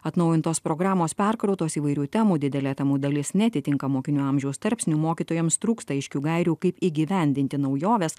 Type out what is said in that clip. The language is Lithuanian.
atnaujintos programos perkrautos įvairių temų didelė temų dalis neatitinka mokinių amžiaus tarpsnių mokytojams trūksta aiškių gairių kaip įgyvendinti naujoves